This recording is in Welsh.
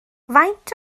faint